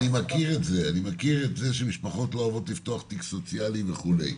אני מכיר את זה שמשפחות לא אוהבות לפתוח תיק סוציאלי וכו'.